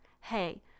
hey